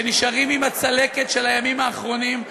נשארים עם הצלקת של הימים האחרונים,